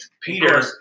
Peter